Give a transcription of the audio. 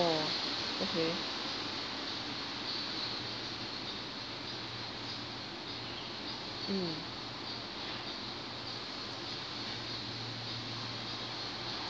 oh okay